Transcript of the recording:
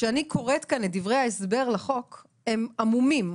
כשאני קוראת כאן את דברי ההסבר לחוק, הם עמומים.